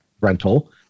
rental